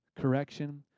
Correction